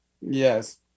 Yes